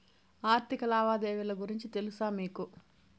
ఆర్థిక లావాదేవీల గురించి తెలుసా మీకు